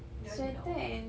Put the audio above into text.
dia nak apa